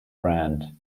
brand